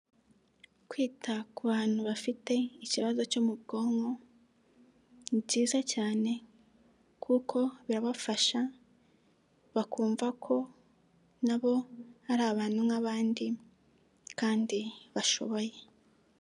Kwita ku bantu bafite ikibazo cyo mu bwonko ni byiza cyane kuko birabafasha bakumva ko nabo ari abantu nk'abandi, kandi bashoboye.